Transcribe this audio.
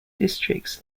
districts